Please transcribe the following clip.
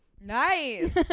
Nice